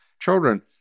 children